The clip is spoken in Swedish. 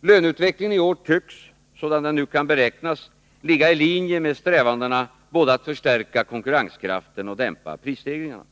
Löneutvecklingen i år tycks — sådan den nu kan beräknas — ligga i linje med strävandena både att förstärka konkurrenskraften och att dämpa prisstegringarna.